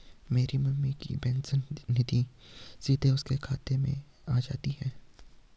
मेरी मम्मी की पेंशन निधि सीधे उनके खाते में आ जाती है